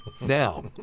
Now